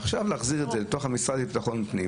עכשיו להחזיר את זה לתוך המשרד לביטחון פנים